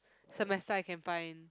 semester I can find